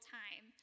time